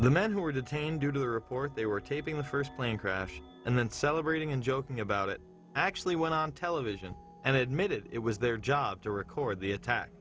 the men who were detained due to the report they were taping the first plane crash and then celebrating and joking about it actually went on television and admitted it was their job to record the attack